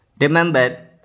Remember